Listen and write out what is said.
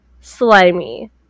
slimy